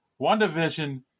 WandaVision